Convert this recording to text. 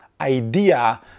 idea